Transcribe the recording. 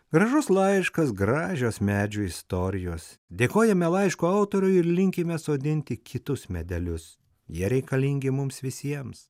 gražus laiškas gražios medžių istorijos dėkojame laiško autoriui ir linkime sodinti kitus medelius jie reikalingi mums visiems